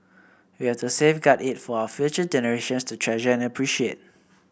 we have to safeguard it for our future generations to treasure and appreciate